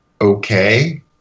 Okay